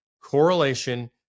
correlation